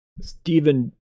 Stephen